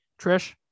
Trish